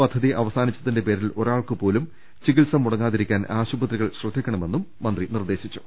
പദ്ധതി അവസാനിച്ചതിന്റെ പേരിൽ ഒരാൾക്ക് പോലും ചികിത്സ മുടങ്ങാതി രിക്കാൻ ആശുപത്രികൾ ശ്രദ്ധിക്കണമെന്നും മന്ത്രി നിർദേശിച്ചു